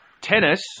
tennis